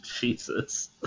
Jesus